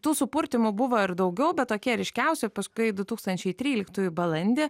tų supurtymų buvo ir daugiau bet tokie ryškiausi paskui du tūkstančiai tryliktųjų balandį